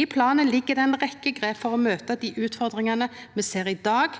I planen ligg det ei rekkje grep for å møta dei utfordringane me ser i dag,